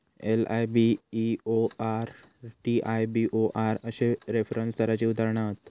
LIBOR, TIBOR अश्ये reference दराची उदाहरणा हत